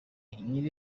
nyiri